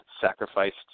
sacrificed